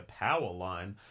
Powerline